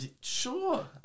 sure